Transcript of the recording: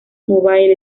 mobile